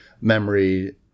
memory